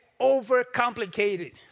overcomplicated